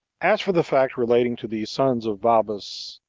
as for the fact relating to these sons of babas,